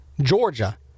Georgia